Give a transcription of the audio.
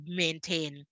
maintain